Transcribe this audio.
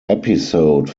episode